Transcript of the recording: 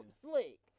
slick